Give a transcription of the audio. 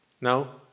Now